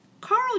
Carl